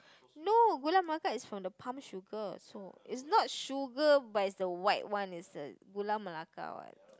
no Gula-Melaka is from the palm sugar so is not sugar but is the white one is the Gula-Melaka one